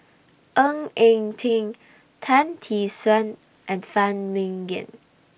Ng Eng Teng Tan Tee Suan and Phan Ming Yen